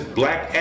black